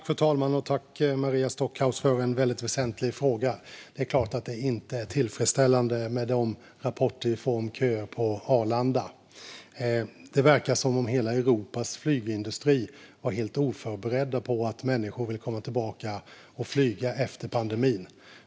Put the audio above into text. Fru talman! Jag tackar Maria Stockhaus för en väldigt väsentlig fråga. Det är klart att det inte är tillfredsställande med rapporterna om köer på Arlanda. Det verkar som om hela Europas flygindustri var helt oförberedd på att människor vill flyga igen efter pandemin.